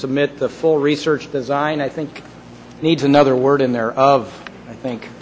submit the full research design i think needs another word in there of i think